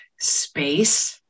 space